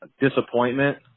Disappointment